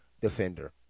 defender